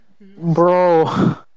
Bro